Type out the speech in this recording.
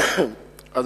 בבקשה.